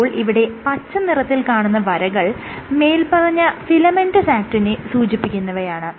ഇപ്പോൾ ഇവിടെ പച്ച നിറത്തിൽ കാണുന്ന വരകൾ മേല്പറഞ്ഞ ഫിലമെന്റസ് ആക്റ്റിനെ സൂചിപ്പിക്കുന്നവയാണ്